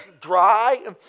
dry